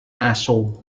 aso